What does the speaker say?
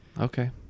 Okay